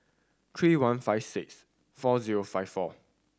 three one five six four zero five four